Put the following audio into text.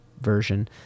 version